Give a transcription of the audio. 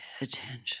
attention